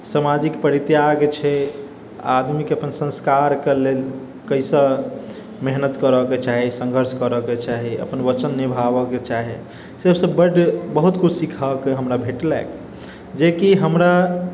सामाजिक परित्याग छै आदमीके अपन संस्कारके लेल कैसा मेहनत करऽके चाही सङ्घर्ष करऽके चाही अपन वचन निभाबऽके चाही से सब बड्ड बहुत किछु सीखऽके हमरा भेटलैक जेकि हमरा